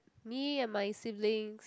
me and my siblings